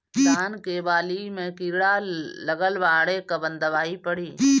धान के बाली में कीड़ा लगल बाड़े कवन दवाई पड़ी?